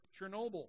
Chernobyl